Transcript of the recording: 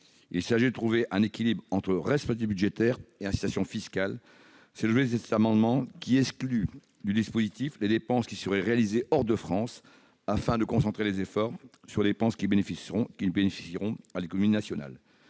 et de trouver un équilibre entre responsabilité budgétaire et incitation fiscale. C'est l'objet de cet amendement, qui tend à exclure du crédit d'impôt les dépenses qui seraient réalisées hors de France, afin de concentrer les efforts sur les dépenses qui bénéficieront à l'économie nationale.